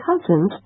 cousins